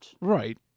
right